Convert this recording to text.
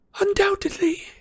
Undoubtedly